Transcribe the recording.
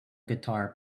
guitar